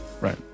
Right